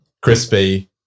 Crispy